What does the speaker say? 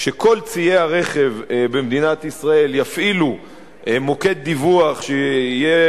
שכל ציי הרכב במדינת ישראל יפעילו מוקד דיווח שיהיה